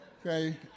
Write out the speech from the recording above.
Okay